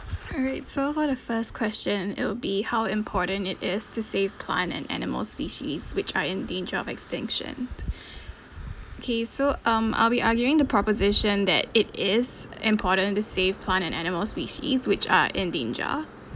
all right so far the first question it'll be how important it is to save plant and animal species which are in danger of extinction okay so um I'll be arguing the proposition that it is important to save plant and animal species which are in danger